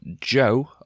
Joe